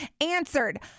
answered